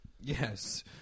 Yes